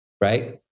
right